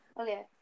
Okay